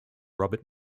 robert